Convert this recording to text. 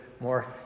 more